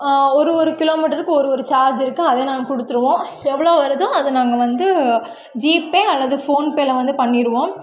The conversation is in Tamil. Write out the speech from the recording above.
ஒரு ஒரு கிலோமீட்டருக்கு ஒரு ஒரு சார்ஜ் இருக்கு அதை நாங்கள் கொடுத்துருவோம் எவ்வளோ வருதோ அதை நாங்கள் வந்து ஜிபே அல்லது ஃபோன்பேவில வந்து பண்ணிருவோம்